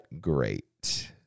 great